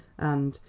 and,